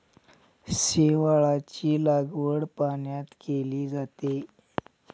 शेवाळाची लागवड पाण्यात केली जाते